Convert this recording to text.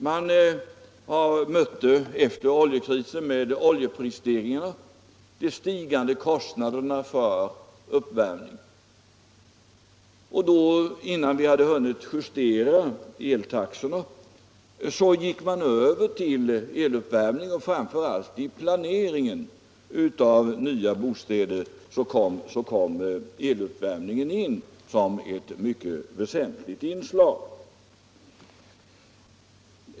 Man mötte efter oljekrisen med dess oljeprisstegringar de stigande kostnaderna för uppvärmning, och innan vi hade hunnit justera eltaxorna gick man över till eluppvärmning. Framför allt vid planeringen av nya bostäder kom eluppvärmningen in som ett mycket väsentligt inslag.